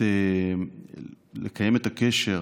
היא לקיים את הקשר,